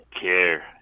care